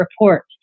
report